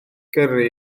gyrru